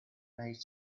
nice